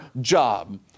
job